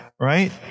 right